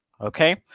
Okay